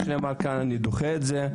אני דוחה את זה.